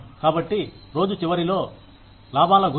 కాబట్టి రోజు చివరిలో లాభాల గురించి